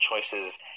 choices